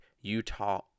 utah